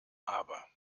aber